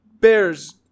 Bears